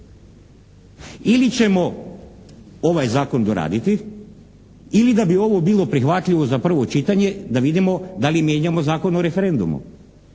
ili ćemo ovaj zakon doraditi ili da bi ovo bilo prihvatljivo za prvo čitanje da vidimo da li mijenjamo Zakon o referendumu,